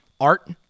art